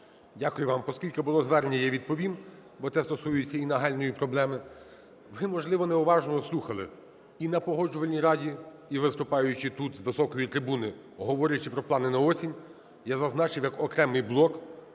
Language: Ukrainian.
Дякую вам. Поскільки було звернення, я відповім, бо це стосується і нагальної проблеми. Ви, можливо, неуважно слухали, і на Погоджувальній раді, і виступаючи тут з високої трибуни, говорячи про плани на осінь, я зазначив як окремий блок